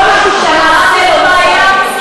לא אמרתי שהמעשה לא מוסרי,